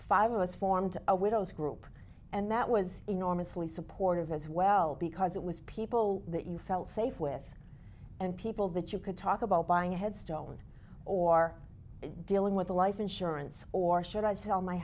five of us formed a widows group and that was enormously supportive as well because it was people that you felt safe with and people that you could talk about buying a headstone or dealing with a life insurance or should i sell my